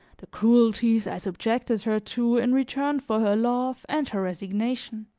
the cruelties i subjected her to in return for her love and her resignation